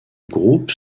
groupes